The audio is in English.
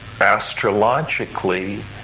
astrologically